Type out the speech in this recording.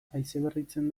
haizeberritzen